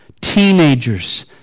teenagers